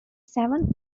seven